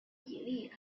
比例